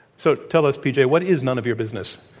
so tell us, pj, what is none of your business?